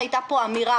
הייתה פה אמירה,